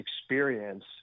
experience